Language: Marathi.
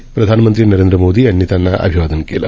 पंतप्रधान नरेंद्र मोदी यांनी त्यांना अभिवादन केलं